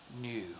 new